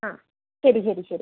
ആ ശരി ശരി ശരി